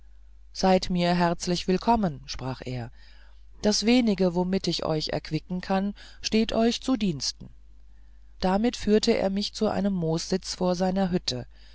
seid mir herzlich willkommen sprach er das wenige womit ich euch erquicken kann steht euch zu diensten damit führte er mich zu einem moossitz vor seiner hütte